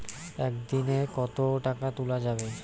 একদিন এ কতো টাকা তুলা যাবে?